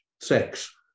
sex